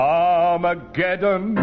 Armageddon